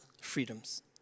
freedoms